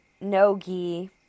no-gi